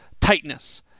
tightness